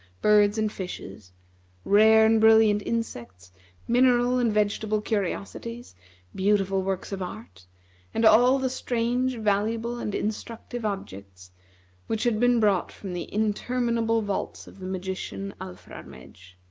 birds, and fishes rare and brilliant insects mineral and vegetable curiosities beautiful works of art and all the strange, valuable, and instructive objects which had been brought from the interminable vaults of the magician alfrarmedj.